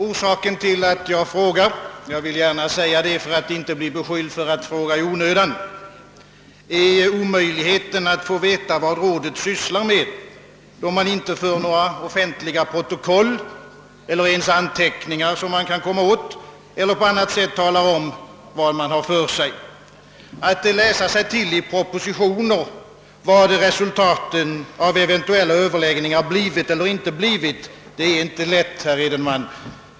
Orsaken till att jag frågar — jag vill gärna säga det för att inte bli beskylld för att fråga i onödan är omöjligheten att få veta vad rådet sysslar med, då det inte för några offentliga protokoll eller ens anteckningar som man kan komma åt och inte heller på annat sätt talar om vad det har för sig. Att i propositioner läsa sig till vad resultaten av eventuella överläggningar blivit eller inte blivit är inte lätt, herr Edenman.